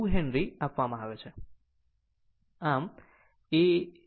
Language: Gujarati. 2 હેનરી આપવામાં આવે છે